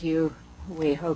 you we hope